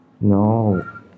No